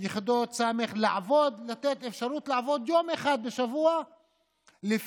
ויחידות סמך לעבוד יום אחד בשבוע מהבית,